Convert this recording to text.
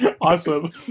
awesome